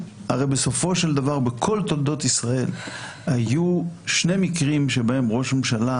הרי בסופו של דבר בכל תולדות ישראל היו שני מקרים שבהם ראש הממשלה